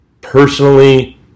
personally